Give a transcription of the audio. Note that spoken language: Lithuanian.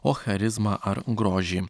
o charizmą ar grožį